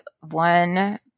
one